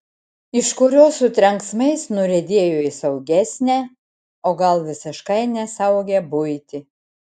iš kurios su trenksmais nuriedėjo į saugesnę o gal visiškai nesaugią buitį